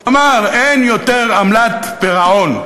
ואמר: אין יותר עמלת פירעון.